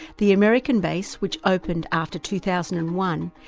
the american base, which opened after two thousand and one,